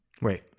Wait